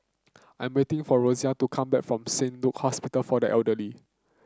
I'm waiting for Rosina to come back from Saint Luke Hospital for the Elderly